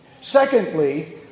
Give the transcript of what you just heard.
Secondly